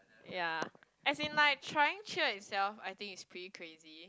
ya as in like trying cheer itself I think it's pretty crazy